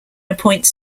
appoints